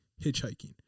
hitchhiking